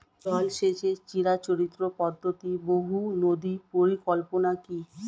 জল সেচের চিরাচরিত পদ্ধতি বহু নদী পরিকল্পনা কি?